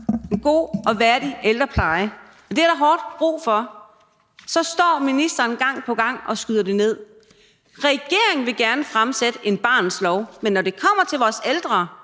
en god og værdig ældrepleje, og det er der hårdt brug for, så står ministeren og skyder det ned. Regeringen vil gerne fremsætte en barnets lov, men når det kommer til vores ældre,